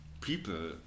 people